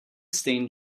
stain